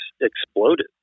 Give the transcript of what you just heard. exploded